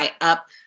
up